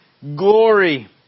glory